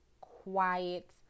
quiet